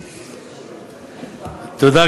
תודה,